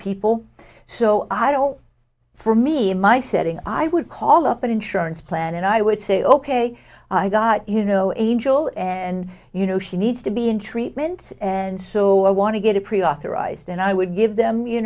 people so i don't for me in my setting i would call up an insurance plan and i would say ok i got you know angel and you know she needs to be in treatment and so i want to get a pre authorized and i would give them you